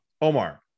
Omar